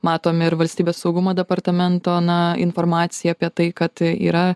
matom ir valstybės saugumo departamento na informaciją apie tai kad yra